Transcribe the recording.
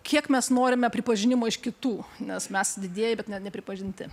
kiek mes norime pripažinimo iš kitų nes mes didieji bet nepripažinti